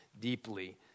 deeply